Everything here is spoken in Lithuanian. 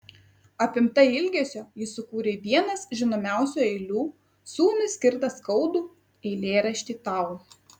apimta ilgesio ji sukūrė vienas žinomiausių eilių sūnui skirtą skaudų eilėraštį tau